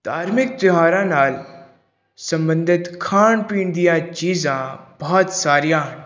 ਧਾਰਮਿਕ ਤਿਉਹਾਰਾਂ ਨਾਲ ਸੰਬੰਧਿਤ ਖਾਣ ਪੀਣ ਦੀਆਂ ਚੀਜ਼ਾਂ ਬਹੁਤ ਸਾਰੀਆਂ